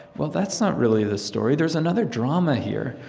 well, that's not really the story. there's another drama here.